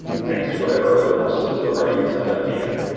next to whatever other processes are running inside that vm.